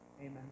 Amen